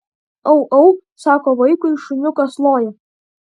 au au sako vaikui šuniukas loja